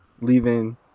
leaving